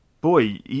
Boy